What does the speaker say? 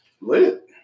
lit